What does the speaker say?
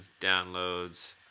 downloads